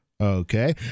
Okay